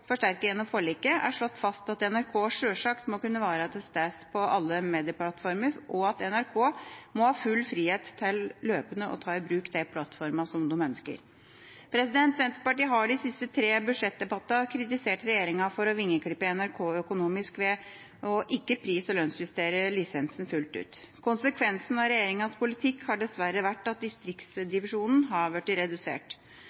forsterket gjennom forliket, er slått fast at NRK sjølsagt må kunne være til stede på alle medieplattformer, og at NRK må ha full frihet til løpende å ta i bruk de plattformer som de ønsker. Senterpartiet har i de siste tre budsjettdebattene kritisert regjeringa for å vingeklippe NRK økonomisk ved ikke å pris- og lønnsjustere lisensen fullt ut. Konsekvensen av regjeringas politikk har dessverre vært at